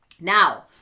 Now